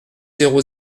zéro